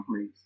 please